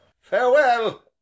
farewell